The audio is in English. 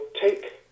take